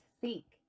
seek